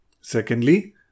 Secondly